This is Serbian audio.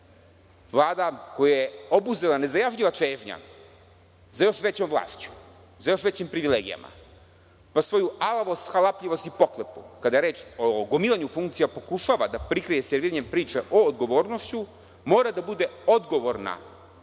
Vlada koju je obuzela nezajažljiva čežnja za još većom vlašću, sa još većim privilegijama, pa svoju alavost, halapljivost i pohlepu kada je reč o gomilanju funkcija, pokušava da prikrije serviranje priča o odgovornošću, mora da bude odgovorna